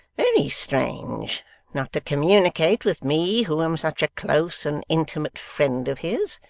very strange not to communicate with me who am such a close and intimate friend of his!